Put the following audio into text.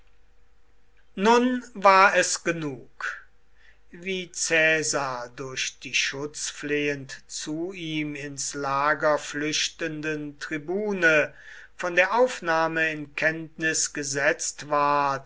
nun war es genug wie caesar durch die schutzflehend zu ihm ins lager flüchtenden tribune von der aufnahme in kenntnis gesetzt ward